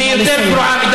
נא לסיים.